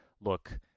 look